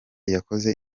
yakoze